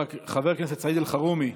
חבר הכנסת סעיד אלחרומי,